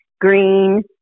Green